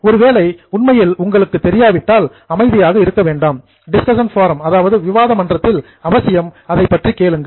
ஒருவேளை உண்மையில் உங்களுக்கு தெரியாவிட்டால் அமைதியாக இருக்க வேண்டாம் டிஸ்கஷன் ஃபோரம் விவாத மன்றத்தில் அவசியம் அதைப்பற்றி கேளுங்கள்